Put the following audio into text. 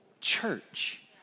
church